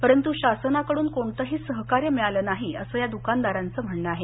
परंतु शासनाकड्रन कोणतेही सहकार्य मिळाले नाही असं या दुकानदारांचं म्हणण आहे